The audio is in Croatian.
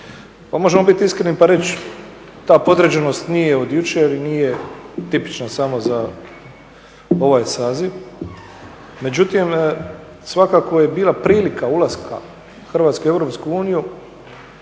možemo biti iskreni pa reći, ta podređenost nije od jučer i nije tipična samo sa ovaj saziv međutim, svakako je bila prilika ulaska Hrvatske u Europsku